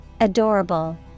Adorable